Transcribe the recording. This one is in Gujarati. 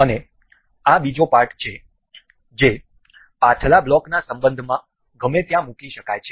અને આ બીજો પાર્ટ છે જે પાછલા બ્લોકના સંબંધમાં ગમે ત્યાં મૂકી શકાય છે